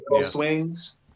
swings